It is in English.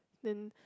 then